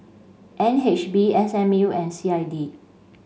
N H B S M U and C I D